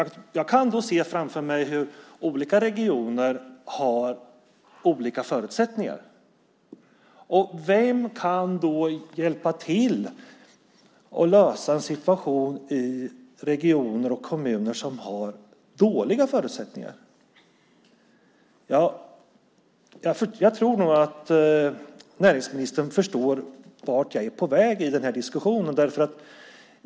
Jag kan då se framför mig hur olika regioner har olika förutsättningar. Och vem kan då hjälpa till att lösa en situation i regioner och kommuner som har dåliga förutsättningar? Jag tror nog att näringsministern förstår vart jag är på väg i den här diskussionen.